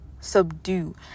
subdue